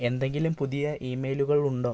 എന്തെങ്കിലും പുതിയ ഇമെയിലുകൾ ഉണ്ടോ